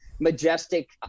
majestic